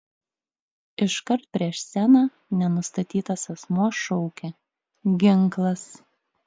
iškart prieš sceną nenustatytas asmuo šaukė ginklas